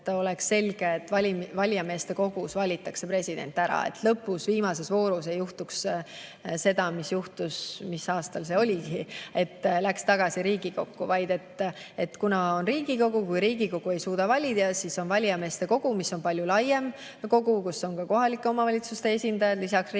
et oleks selge, et valijameeste kogus valitakse president ära. Et lõpus, viimases voorus ei juhtuks seda, mis juhtus – mis aastal see oligi? –, et läks [valimine] tagasi Riigikokku. Kui Riigikogu ei suuda valida, siis on valijameeste kogu, mis on palju laiem kogu, kus on ka kohalike omavalitsuste esindajad lisaks Riigikogu